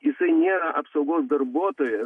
jisai nėra apsaugos darbuotojas